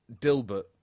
Dilbert